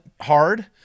hard